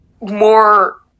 more